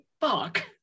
Fuck